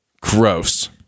Gross